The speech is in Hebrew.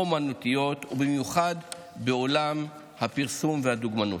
אומנותיות, ובמיוחד בעולם הפרסום והדוגמנות.